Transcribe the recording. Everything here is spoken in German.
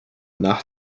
nach